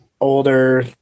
older